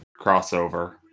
crossover